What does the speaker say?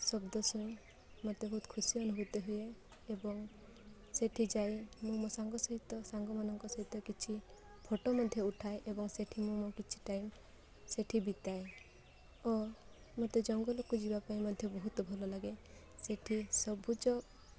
ଶବ୍ଦ ଶୁଣି ମୋତେ ବହୁତ ଖୁସି ଅନୁଭୂତ ହୁଏ ଏବଂ ସେଠି ଯାଇ ମୁଁ ମୋ ସାଙ୍ଗ ସହିତ ସାଙ୍ଗମାନଙ୍କ ସହିତ କିଛି ଫଟୋ ମଧ୍ୟ ଉଠାଏ ଏବଂ ସେଠି ମୁଁ ମୋ କିଛି ଟାଇମ୍ ସେଠି ବିତାଏ ଓ ମୋତେ ଜଙ୍ଗଲକୁ ଯିବା ପାଇଁ ମଧ୍ୟ ବହୁତ ଭଲ ଲାଗେ ସେଠି ସବୁଜ